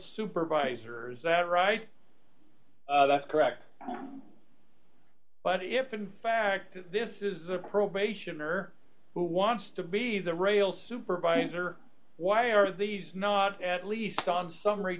supervisors that right that's correct but if in fact this is a probationer who wants to be the rail supervisor why are these not at least on summary